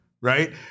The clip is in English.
right